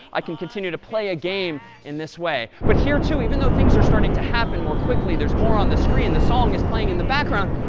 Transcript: i can continue to play a game in this way. but here, too, even though things are starting to happen more quickly, there's more on the screen, the song is playing in the background,